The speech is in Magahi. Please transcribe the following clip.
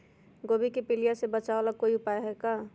गोभी के पीलिया से बचाव ला कोई उपाय है का?